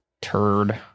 turd